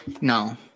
No